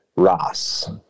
Ross